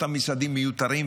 אותם משרדים מיותרים,